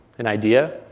an idea.